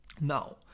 Now